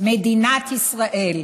מדינת ישראל,